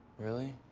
really?